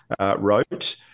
wrote